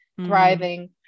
thriving